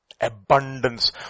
abundance